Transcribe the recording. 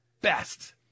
best